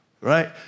right